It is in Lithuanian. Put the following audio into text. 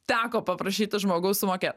teko paprašyti žmogaus sumokėt